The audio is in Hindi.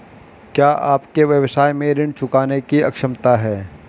क्या आपके व्यवसाय में ऋण चुकाने की क्षमता है?